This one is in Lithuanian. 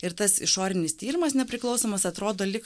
ir tas išorinis tyrimas nepriklausomas atrodo lyg